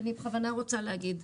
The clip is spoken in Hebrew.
ואני בכוונה רוצה להגיד: